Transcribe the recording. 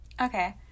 Okay